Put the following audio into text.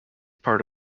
part